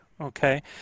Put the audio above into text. Okay